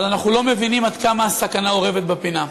אבל אנחנו לא מבינים עד כמה הסכנה אורבת בפינה.